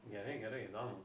gerai gerai įdomu